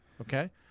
okay